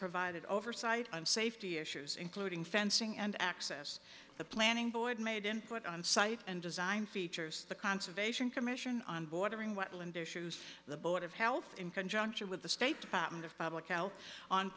provided oversight of safety issues including fencing and access the planning board made in site and design features the conservation commission on bordering wetland their shoes the board of health in conjunction with the state